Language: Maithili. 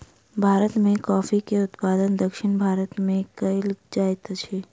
भारत में कॉफ़ी के उत्पादन दक्षिण भारत में कएल जाइत अछि